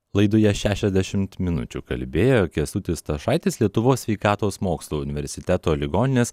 laidoje šešiasdešim minučių kalbėjo kęstutis stašaitis lietuvos sveikatos mokslų universiteto ligoninės